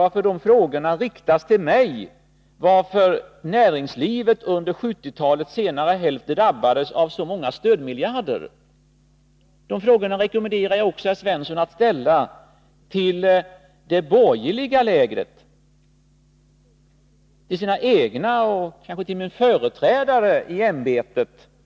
Varför riktar man frågor till mig om att näringslivet under 1970-talets senare hälft drabbades av så många stödmiljarder? De frågorna råder jag herr Svensson att ställa till det borgerliga lägret och sina egna och till min företrädare i ämbetet.